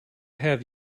have